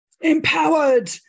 Empowered